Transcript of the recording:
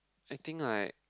I think I